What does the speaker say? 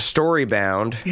Storybound